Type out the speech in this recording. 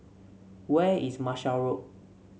where is Marshall Road